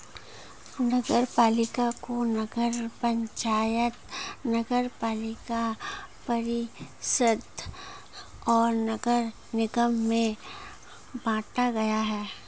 नगरपालिका को नगर पंचायत, नगरपालिका परिषद और नगर निगम में बांटा गया है